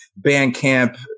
Bandcamp